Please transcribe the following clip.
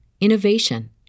innovation